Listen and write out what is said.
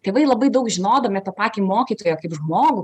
tėvai labai daug žinodami tą patį mokytoją kaip žmogų